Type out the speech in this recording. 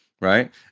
Right